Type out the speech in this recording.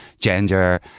gender